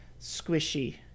squishy